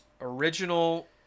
original